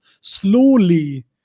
slowly